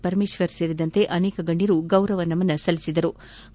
ಪರಮೇಶ್ವರ ಸೇರಿದಂತೆ ಅನೇಕ ಗಣ್ಣರು ಗೌರವ ನಮನ ಸಲ್ಲಿಒದರು